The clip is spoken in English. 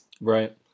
Right